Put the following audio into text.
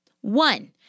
One